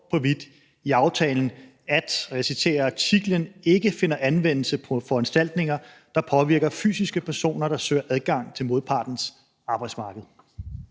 på hvidt i aftalen, at – jeg citerer – artiklen ikke finder anvendelse på foranstaltninger, der påvirker fysiske personer, der søger adgang til modpartens arbejdsmarked.